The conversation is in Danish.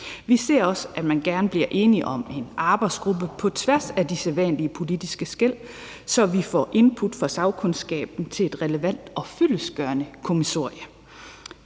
Vi ser også gerne, at man bliver enige om en arbejdsgruppe på tværs af de sædvanlige politiske skel, så vi får input fra sagkundskaben til et relevant og fyldestgørende kommissorie.